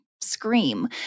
scream